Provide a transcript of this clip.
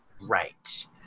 right